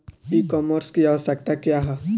ई कॉमर्स की आवशयक्ता क्या है?